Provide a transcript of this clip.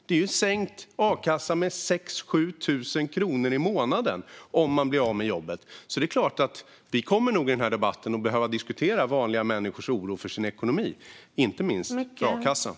Det handlar om en sänkning av a-kasseersättningen på 6 000-7 000 kronor i månaden för den som blir av med jobbet. Därför kommer vi nog i denna debatt att behöva diskutera vanliga människors oro för sin ekonomi, inte minst a-kassan.